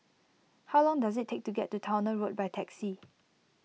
how long does it take to get to Towner Road by taxi